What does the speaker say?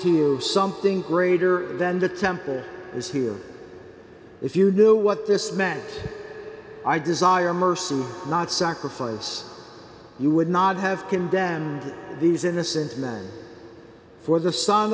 you something greater than the temple is here if you knew what this meant i desire mercy not sacrifice you would not have condemned these innocent men for the son